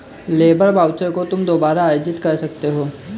labour voucher को तुम दोबारा अर्जित कर सकते हो